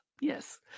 yes